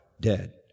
dead